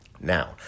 Now